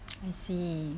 I see